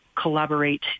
collaborate